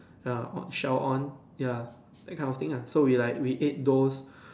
ya what shell on ya that kind of thing ah so ya we ate those